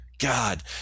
God